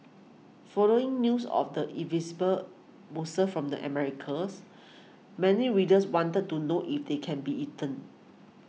following news of the invasive mussel from the Americas many readers wanted to know if they can be eaten